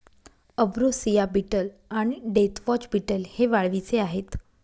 ambrosia beetle आणि deathwatch beetle हे वाळवीचे आहेत